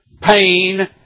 pain